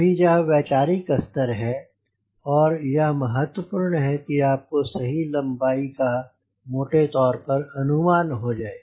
अभी यह एक वैचारिक स्तर है और महत्वपूर्ण यह है कि आपको सही लम्बाई का मोटे तौर अनुमान हो जाये